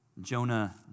Jonah